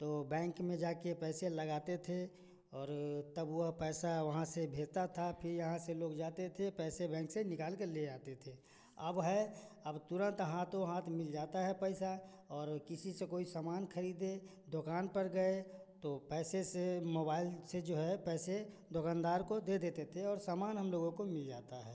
तो बैंक में जा के पैसे लगाते थे और तब वो पैसा वहाँ से भेजता था फ़िर यहाँ से लोग जाते थे पैसे बैंक से निकाल के ले आते थे अब है अब तुरंत हाथों हाथ मिल जाता है पैसा और किसी से कोई समान खरीदे दुकान पे गए तो पैसे से मोबाइल से जो है पैसे दुकनदार को दे देते थे और सामान हम लोगों को मिल जाता है